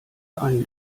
einen